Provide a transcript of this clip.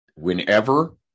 Whenever